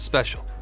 Special